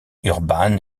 urban